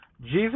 Jesus